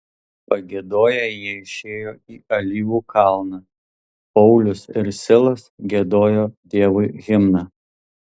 pagiedoję jie išėjo į alyvų kalną paulius ir silas giedojo dievui himną